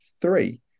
three